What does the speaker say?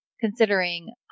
considering